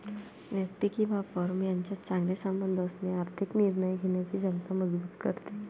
व्यक्ती किंवा फर्म यांच्यात चांगले संबंध असणे आर्थिक निर्णय घेण्याची क्षमता मजबूत करते